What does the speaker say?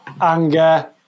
Anger